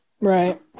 Right